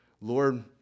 Lord